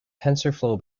tensorflow